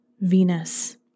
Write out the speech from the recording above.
Venus